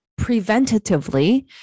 preventatively